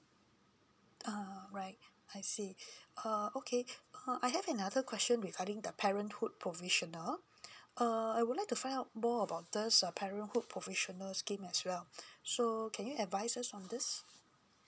uh right I see uh okay uh I have another question regarding the parenthood provisional uh I would like to find out more about this uh parenthood provisionalof scheme as well so can you advise us on this